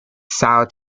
sour